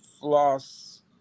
Floss